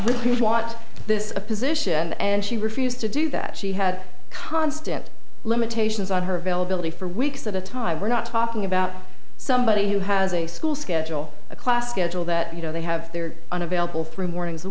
d watch this a position and she refused to do that she had constant limitations on her availability for weeks at a time we're not talking about somebody who has a school schedule a class schedule that you know they have their unavailable three mornings a